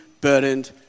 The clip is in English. burdened